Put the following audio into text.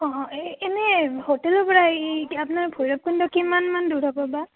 অঁ অঁ এই এনেই হোটেলৰ পৰা এই আপোনাৰ ভৈৰৱকুণ্ড কিমানমান দূৰ হ'ব বা